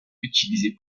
utilisé